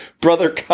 brother